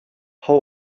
how